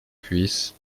cuisse